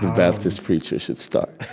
baptist preacher should start